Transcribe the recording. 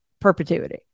perpetuity